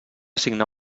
signar